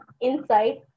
insight